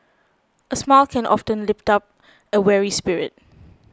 a smile can often lift up a weary spirit